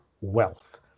wealth